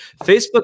Facebook